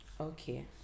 okay